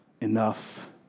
enough